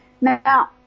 now